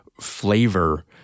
flavor